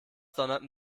donnerten